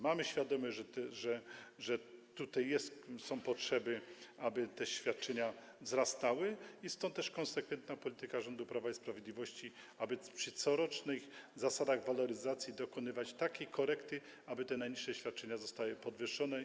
Mamy świadomość, że tutaj są potrzeby, aby te świadczenia wzrastały, stąd też konsekwentna polityka rządu Prawa i Sprawiedliwości, by przy corocznych zasadach waloryzacji dokonywać takiej korekty, aby te najniższe świadczenia były podwyższane.